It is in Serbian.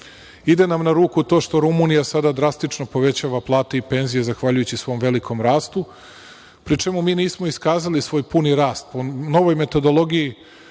Ide nam na ruku to što Rumunija sada drastično povećava plate i penzije zahvaljujući svom velikom rastu, pri čemu mi nismo iskazali svoj puni rast. Po novoj metodologiji